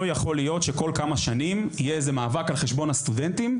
לא יכול להיות שכל כמה שנים יהיה איזה מאבק על חשבון הסטודנטים,